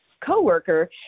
co-worker